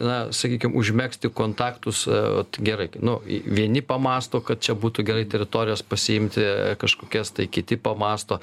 na sakykime užmegzti kontaktus gerai nu vieni pamąsto kad čia būtų gerai teritorijas pasiimti kažkokias tai kiti pamąsto